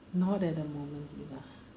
not at the moment